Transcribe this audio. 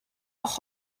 auch